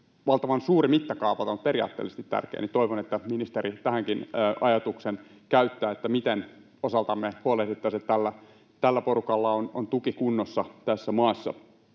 valtavan suuri mittakaavaltaan, mutta periaatteellisesti tärkeä, ja toivon, että ministeri tähänkin ajatuksen käyttää, miten osaltamme huolehdittaisiin, että tällä porukalla on tuki kunnossa tässä maassa.